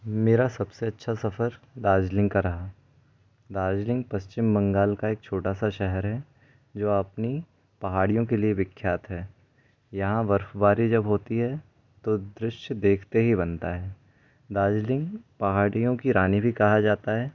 मेरा सबसे अच्छा सफर दार्जिलिंग का रहा दार्जिलिंग पश्चिम बंगाल का एक छोटा सा शहर है जो अपनी पहाड़ियों के लिए विख्यात है यहाँ बर्फबारी जब होती है तो दृश्य देखते ही बनता है दार्जिलिंग पहाड़ियों की रानी भी कहा जाता है